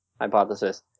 hypothesis